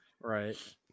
Right